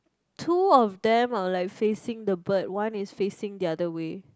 two of them are like facing the bird one is facing the other way